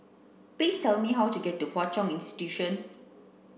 please tell me how to get to Hwa Chong Institution